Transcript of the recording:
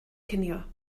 cinio